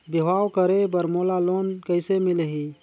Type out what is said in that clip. बिहाव करे बर मोला लोन कइसे मिलही?